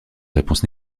réponse